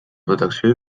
protecció